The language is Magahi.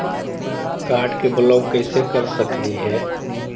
कार्ड के ब्लॉक कैसे कर सकली हे?